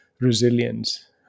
resilience